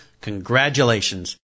congratulations